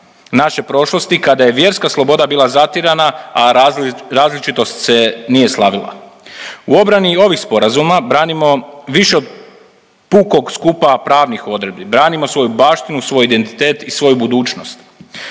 naše prošlosti kada je vjerska sloboda bila zatirana, a različitost se nije slavila. U obrani i ovih sporazuma branimo više od pukog skupa pravnih odredbi, branimo svoju baštinu, svoj identitet i svoju budućnost.